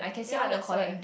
ya that's why